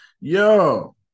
Yo